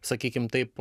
sakykim taip